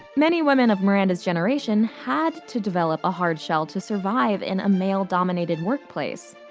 many women of miranda's generation had to develop a hard shell to survive in a male-dominated workplace.